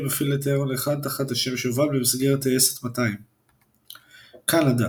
מפעיל את ההרון 1 תחת השם "שובל" במסגרת טייסת 200. קנדה